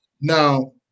Now